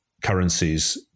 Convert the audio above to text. Currencies